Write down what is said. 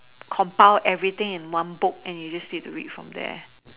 compile everything in one book and you just need to read from there